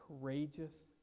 courageous